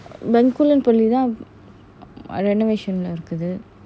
bencoolen poly lah renovation lah இருக்குது:irukkuthu